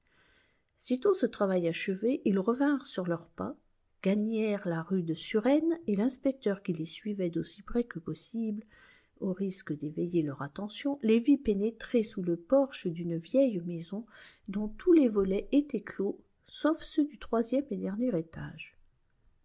sitôt ce travail achevé ils revinrent sur leurs pas gagnèrent la rue de surène et l'inspecteur qui les suivait d'aussi près que possible au risque d'éveiller leur attention les vit pénétrer sous le porche d'une vieille maison dont tous les volets étaient clos sauf ceux du troisième et dernier étage